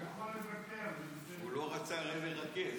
אתה יכול לוותר, לא,